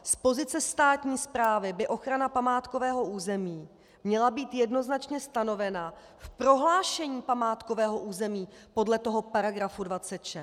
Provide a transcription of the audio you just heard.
Z pozice státní správy by ochrana památkového území měla být jednoznačně stanovena v prohlášení památkového území podle § 26.